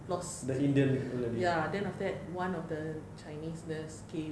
the indian the old lady